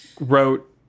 wrote